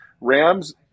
Rams